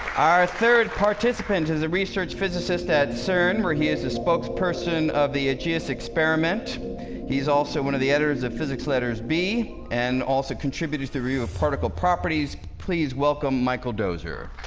our third participant is the research physicist at cern where he is a spokesperson of the edgiest experiment he's also one of the editors of physics letters b and also contributed the review of particle properties, please welcome michael dozer